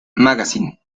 magazine